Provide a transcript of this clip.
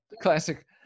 classic